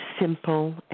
simple